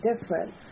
different